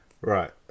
Right